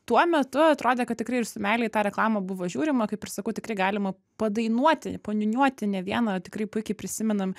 tuo metu atrodė kad tikrai ir su meile į reklamą buvo žiūrima kaip ir sakau tikrai galima padainuoti paniūniuoti ne vieną tikrai puikiai prisimenam